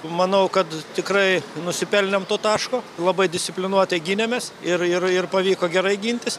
manau kad tikrai nusipelnėm to taško labai disciplinuotai gynėmės ir ir ir pavyko gerai gintis